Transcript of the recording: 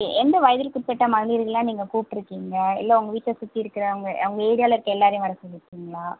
okay எந்த வயதிற்குட்பட்ட மகளிரெகெல்லாம் நீங்கள் கூப்பிட்டுருக்கீங்க இல்லை உங்கள் வீட்டை சுற்றி இருக்கிற அவங்க அவங்க ஏரியாவில் இருக்கற எல்லோரையும் வர சொல்லிருக்கீங்களா